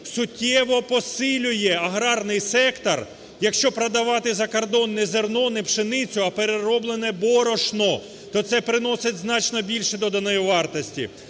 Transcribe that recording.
суттєво посилює аграрний сектор, якщо продавати за кордон не зерно, не пшеницю, а перероблене борошно, то це приносить значно більше доданої вартості.